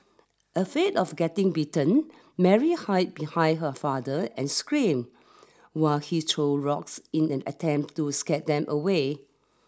afraid of getting bitten Mary hide behind her father and scream while he throw rocks in an attempt to scare them away